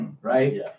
right